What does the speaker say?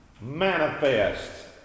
manifest